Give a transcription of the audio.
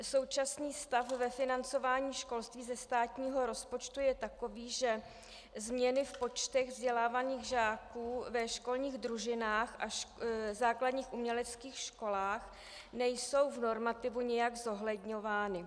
Současný stav ve financování školství ze státního rozpočtu je takový, že změny v počtech vzdělávaných žáků ve školních družinách a základních uměleckých školách nejsou v normativu nijak zohledňovány.